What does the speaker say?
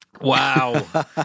Wow